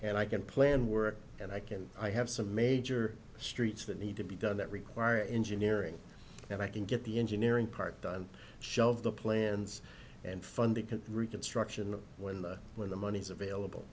and i can plan work and i can i have some major streets that need to be done that require engineering and i can get the engineering parked and shelve the plans and funding because reconstruction when the when the money is available